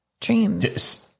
dreams